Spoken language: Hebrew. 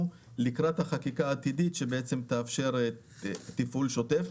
לקראת החקיקה העתידית שתאפשר תפעול שוטף.